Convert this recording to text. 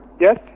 Yes